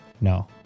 No